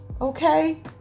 Okay